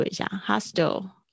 hostel